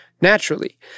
naturally